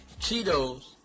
Cheetos